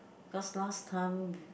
cause last time